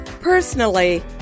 personally